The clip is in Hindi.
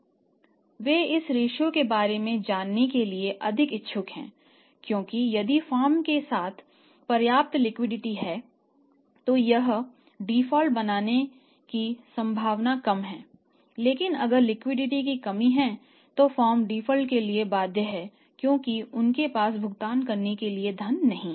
वे इस रेश्यो में कमी है तो फर्म डिफ़ॉल्ट के लिए बाध्य है क्योंकि उनके पास भुगतान करने के लिए धन नहीं है